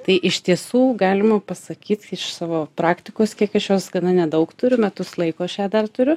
tai iš tiesų galima pasakyt iš savo praktikos kiek aš jos gana nedaug turiu metus laiko aš ją dar turiu